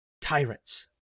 tyrants